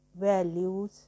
values